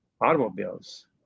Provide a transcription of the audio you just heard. automobiles